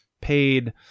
paid